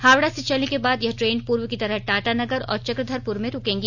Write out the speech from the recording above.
हावड़ा से चलने के बाद यह ट्रेन पूर्व की तरह टाटानगर और चक्रधरपुर में रूकेंगी